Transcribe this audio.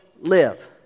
live